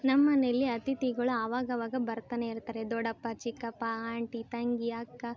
ನಮ್ಮ ಮನೇಲಿ ಅತಿಥಿಗಳು ಆವಾಗ ಆವಾಗ ಬರ್ತಲೇ ಇರ್ತಾರೆ ದೊಡ್ಡಪ್ಪ ಚಿಕ್ಕಪ್ಪ ಆಂಟಿ ತಂಗಿ ಅಕ್ಕ